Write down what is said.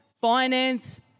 finance